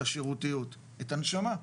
את השירותיות ואת הנשמה,